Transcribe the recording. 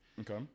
Okay